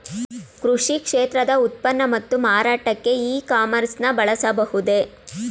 ಕೃಷಿ ಕ್ಷೇತ್ರದ ಉತ್ಪನ್ನ ಮತ್ತು ಮಾರಾಟಕ್ಕೆ ಇ ಕಾಮರ್ಸ್ ನ ಬಳಸಬಹುದೇ?